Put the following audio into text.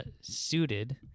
suited